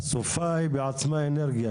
הסופה היא בעצמה אנרגיה,